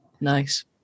Nice